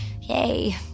Yay